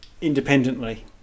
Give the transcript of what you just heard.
independently